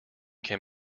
can